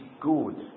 good